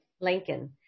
Lincoln